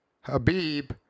Habib